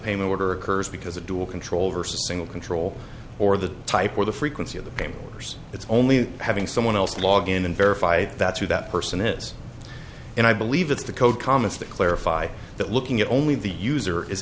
payment order occurs because a dual control versus a single control or the type or the frequency of the game it's only having someone else log in and verify that that's who that person is and i believe it's the code comments that clarify that looking at only the user is